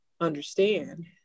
understand